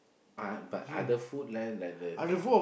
uh but other food leh like the